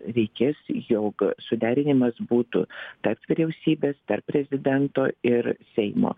reikės jog suderinimas būtų tarp vyriausybės tarp prezidento ir seimo